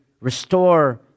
restore